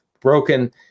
broken –